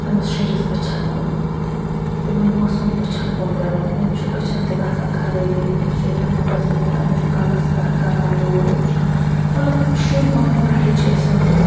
أمِس شُرِس أچھَن کُن تِمَن ماسوٗم أچھَن کُن پٮ۪وان أمِس چھُ أچھَن تہِ گژھان خرٲبی أمِس چھُ دٮ۪ماغَس تہِ گژھان أمِس چھُ کَلَس کران دود أمِس مطلب شُر پانہٕ پٮ۪ٹھٕے چھِ أسۍ وَنۍ یِمَن